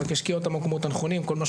רק שישקיע אותם במקומות הנכונים,